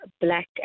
black